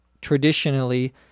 traditionally